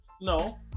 No